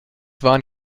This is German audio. waren